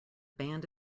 band